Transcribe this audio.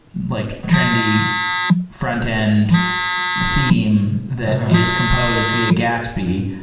like trendy frontend theme that is composed via gatsby.